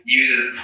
uses